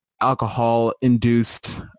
alcohol-induced